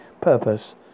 purpose